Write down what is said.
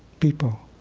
people